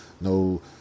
no